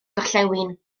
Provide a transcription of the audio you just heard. gorllewin